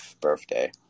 birthday